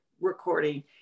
recording